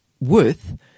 worth